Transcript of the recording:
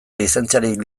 lizentziarik